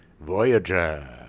Voyager